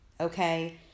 okay